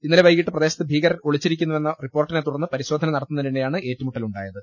ഇന്നലെ വൈകീട്ട് പ്രദേശത്ത് ഭീകരർ ഒളിച്ചിരിക്കുന്നുവെന്ന റിപ്പോർട്ടി നെ തുടർന്ന് പരിശോധന നടത്തുന്നതിനിടെയാണ് ഏറ്റുമു ട്ടലുണ്ടായത്